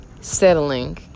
settling